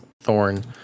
thorn